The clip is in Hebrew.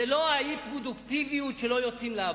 זה לא האי-פרודוקטיביות, שלא יוצאים לעבודה.